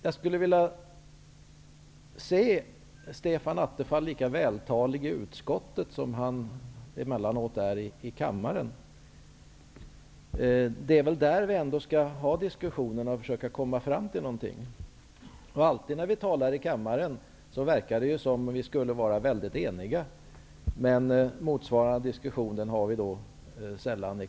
Jag skulle önska att Stefan Attefall var lika vältalig i utskottet som han emellanåt är i kammaren. Det är väl ändå där vi skall ha diskussionerna för att försöka komma fram till någonting. När vi talar i kammaren verkar det alltid som att vi är väldigt eniga och har sällan motsvarande diskussion.